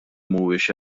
mhuwiex